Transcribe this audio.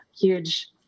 huge